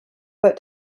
but